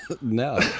No